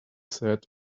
said